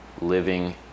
living